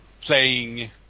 playing